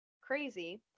crazy